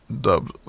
dubbed